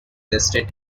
listed